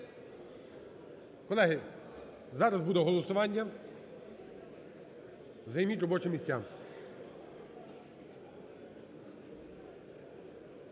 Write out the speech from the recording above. Колеги, зараз буде голосування, займіть робочі місця.